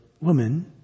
Woman